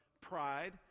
pride